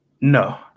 No